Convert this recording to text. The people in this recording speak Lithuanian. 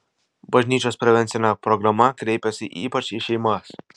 bažnyčios prevencinė programa kreipiasi ypač į šeimas